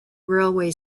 railway